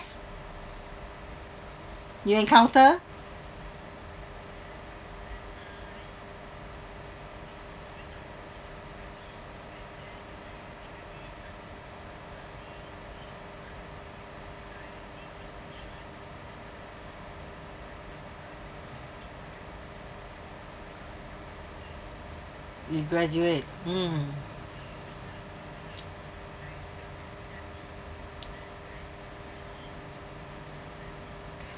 you encounter you graduate mm